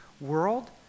world